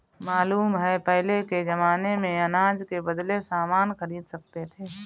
मालूम है पहले के जमाने में अनाज के बदले सामान खरीद सकते थे